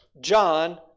John